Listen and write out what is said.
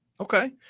Okay